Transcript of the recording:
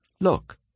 Look